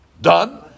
done